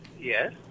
Yes